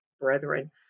brethren